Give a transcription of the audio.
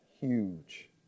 huge